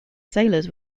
sailors